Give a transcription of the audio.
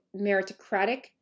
meritocratic